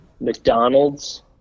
McDonald's